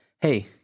hey